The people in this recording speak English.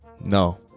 No